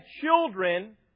children